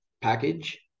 package